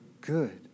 good